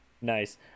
Nice